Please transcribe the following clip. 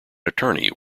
attorney